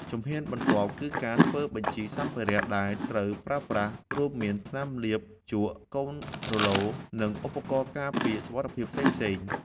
ជំហានបន្ទាប់ គឺការធ្វើបញ្ជីសម្ភារៈដែលត្រូវប្រើប្រាស់ រួមមានថ្នាំលាប ជក់ កូនរ៉ូឡូ និងឧបករណ៍ការពារសុវត្ថិភាពផ្សេងៗ។